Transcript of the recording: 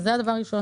באותו הקשר,